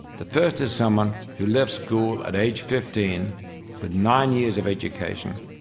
the first is someone who left school at age fifteen with nine years of education,